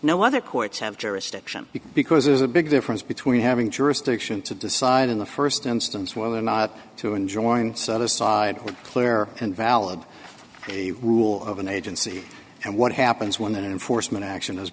no other courts have jurisdiction because there's a big difference between having jurisdiction to decide in the first instance whether or not to enjoin set aside clear and valid the rule of an agency and what happens when an enforcement action